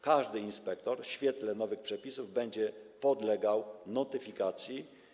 Każdy inspektor w świetle nowych przepisów będzie podlegał notyfikacji.